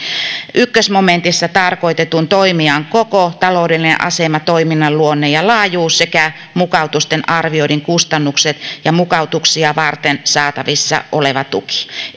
ensimmäisessä momentissa tarkoitetun toimijan koko taloudellinen asema toiminnan luonne ja laajuus sekä mukautusten arvioidut kustannukset ja mukautuksia varten saatavissa oleva tuki